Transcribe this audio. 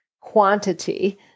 quantity